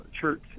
church